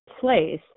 place